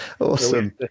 Awesome